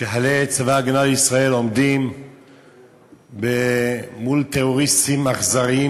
שחיילי צבא הגנה לישראל עומדים מול טרוריסטים אכזריים,